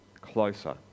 closer